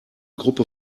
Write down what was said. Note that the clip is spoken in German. gruppe